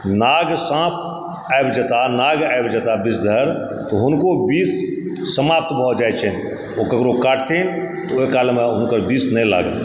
नाग साँप आबि जेता नाग आबि जेता विषधर तऽ हुनको विष समाप्त भए जाइत नहि ओ केकरो काटथिन तऽ ओहि कालम हुनकर विष नहि लागतनि